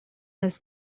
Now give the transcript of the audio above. his